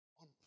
on